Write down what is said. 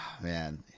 man